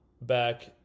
back